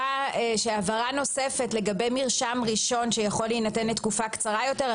הבהרה נוספת לגבי מרשם ראשון שיכול להינתן לתקופה קצרה יותר,